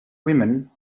women